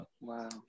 wow